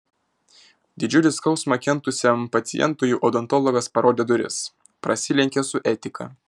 didžiulį skausmą kentusiam pacientui odontologas parodė duris prasilenkia su etika